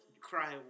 cry